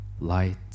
light